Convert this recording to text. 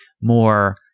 more